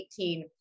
2018